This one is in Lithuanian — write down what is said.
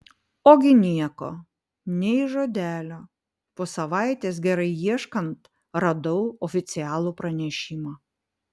ogi nieko nei žodelio po savaitės gerai ieškant radau oficialų pranešimą